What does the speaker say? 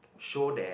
show that